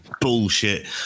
Bullshit